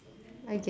I guess